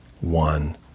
one